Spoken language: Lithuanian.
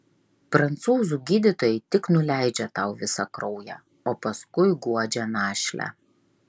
prancūzų gydytojai tik nuleidžia tau visą kraują o paskui guodžia našlę